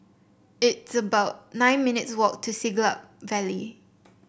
it's about nine minutes' walk to Siglap Valley